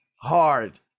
Hard